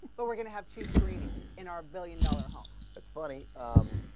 but we're gonna have to screenings in our billion dollar home but funny um.